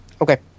Okay